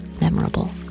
memorable